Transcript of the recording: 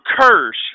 curse